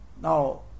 Now